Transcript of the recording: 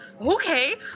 okay